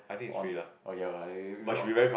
on oh ya lah if if not